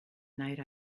night